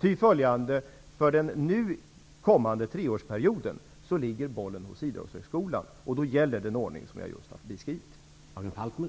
Ty följande för den nu kommande treårsperioden ligger bollen hos Idrottshögskolan, och då gäller den ordning som jag just har beskrivit.